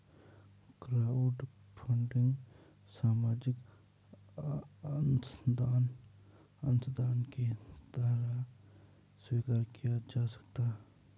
crowdfunding सामाजिक अंशदान की तरह स्वीकार किया जा सकता है